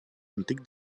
antic